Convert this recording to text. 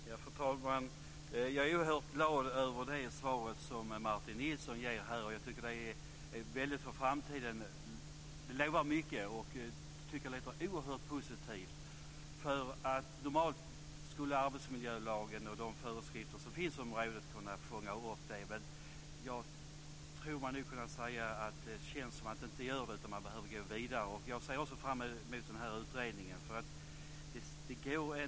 Fru talman! Jag är oerhört glad över det svar som Martin Nilsson ger här. Det lovar mycket för framtiden. Det låter oerhört positivt. Normalt skulle arbetsmiljölagen och de föreskrifter som finns på området kunna fånga upp detta. Jag tror mig kunna säga att det känns som att det inte gör det utan man behöver gå vidare. Jag ser också fram emot utredningen.